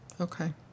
Okay